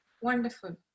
Wonderful